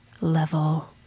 level